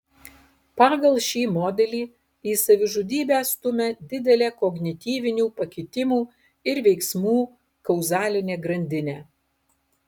pagal šį modelį į savižudybę stumia didelė kognityvinių pakitimų ir veiksmų kauzalinė grandinė